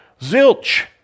Zilch